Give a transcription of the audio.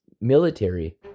military